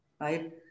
right